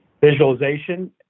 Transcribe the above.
visualization